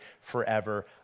forever